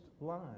line